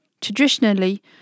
Traditionally